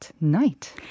night